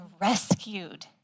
rescued